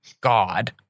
God